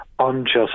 unjust